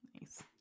Nice